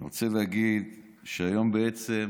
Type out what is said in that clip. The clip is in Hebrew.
אני רוצה להגיד שהיום ערב